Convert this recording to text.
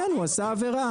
כן הוא עשה עבירה.